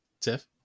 Tiff